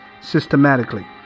systematically